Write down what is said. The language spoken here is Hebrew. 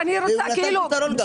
הוא גם נתן פתרון.